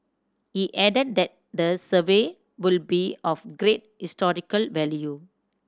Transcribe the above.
he added that the survey would be of great historical value